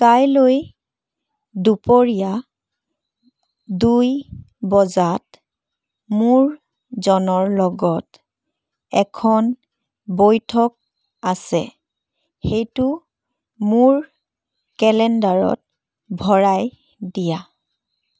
কাইলৈ দুপৰীয়া দুই বজাত মোৰ জনৰ লগত এখন বৈঠক আছে সেইটো মোৰ কেলেণ্ডাৰত ভৰাই দিয়া